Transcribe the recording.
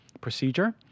procedure